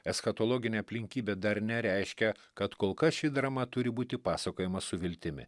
eschatologinė aplinkybė dar nereiškia kad kol kas ši drama turi būti pasakojama su viltimi